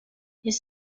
his